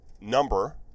number